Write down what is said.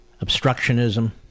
obstructionism